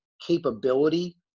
capability